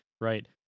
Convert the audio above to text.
right